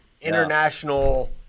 international